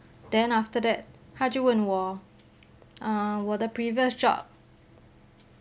then after that 他就问我 err 我的 previous job